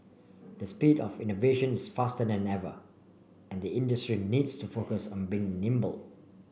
the speed of innovation is faster than ever and the industry needs to focus on being nimble